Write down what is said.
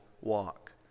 walk